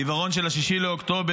העיוורון של 6 באוקטובר,